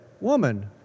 Woman